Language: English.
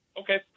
Okay